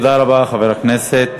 תודה רבה, חבר הכנסת.